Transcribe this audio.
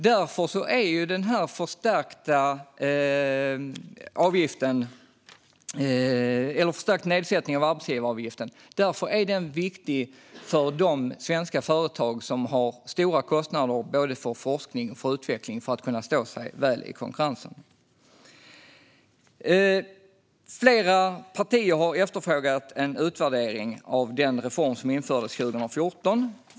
Därför är den förstärkta nedsättningen av arbetsgivaravgiften viktig för de svenska företag som har stora kostnader för både forskning och utveckling för att de ska kunna stå sig väl i konkurrensen. Flera partier har efterfrågat en utvärdering av den reform som infördes 2014.